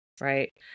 right